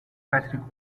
patrick